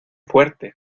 fuerte